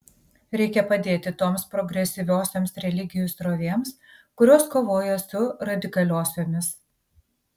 reikia padėti toms progresyviosioms religijų srovėms kurios kovoja su radikaliosiomis